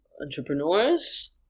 entrepreneurs